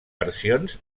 versions